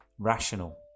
rational